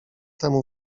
temu